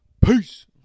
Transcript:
Peace